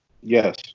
Yes